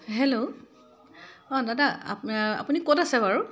hello অ' দাদা আপ আপুনি ক'ত আছে বাৰু